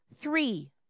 Three